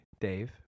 Dave